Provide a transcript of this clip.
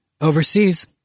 Overseas